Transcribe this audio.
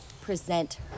present